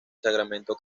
sacramento